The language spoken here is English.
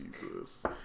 Jesus